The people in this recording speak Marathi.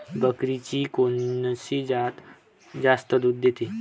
बकरीची कोनची जात जास्त दूध देते?